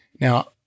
Now